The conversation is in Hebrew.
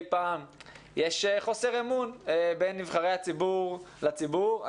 פעם יש חוסר אמון בין נבחרי הציבור לציבור,